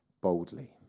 boldly